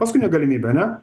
paskutinė galimybė ane